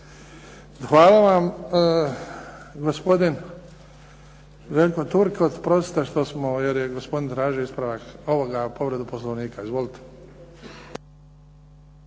Hvala vam. Gospodin Željko Turk, oprostite što smo, jer je gospodin tražio ispravak, ovoga, povredu Poslovnika. Izvolite.